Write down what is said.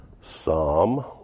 Psalm